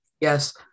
Yes